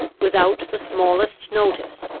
without the smallest notice,